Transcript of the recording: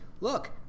look